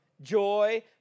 joy